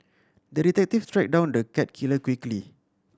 the detective tracked down the cat killer quickly